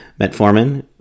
Metformin